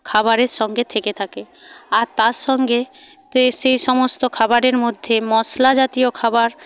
খাবারের সঙ্গে থেকে থাকে আর তার সঙ্গে তে সেই সমস্ত খাবারের মধ্যে মশলা জাতীয় খাবার